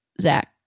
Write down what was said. Zach